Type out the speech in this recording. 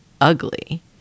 ugly